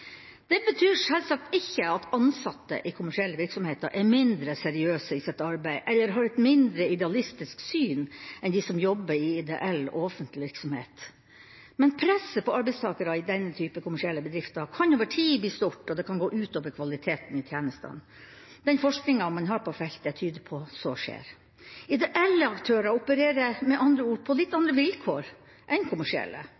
det. Det betyr selvsagt ikke at ansatte i kommersielle virksomheter er mindre seriøse i sitt arbeid eller har et mindre idealistisk syn enn de som jobber i ideell og offentlig virksomhet. Men presset på arbeidstakere i denne type kommersielle bedrifter kan over tid bli stort, og det kan gå ut over kvaliteten i tjenestene. Den forskningen man har på feltet, tyder på at så skjer. Ideelle aktører opererer med andre ord på litt